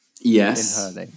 Yes